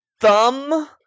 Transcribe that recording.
thumb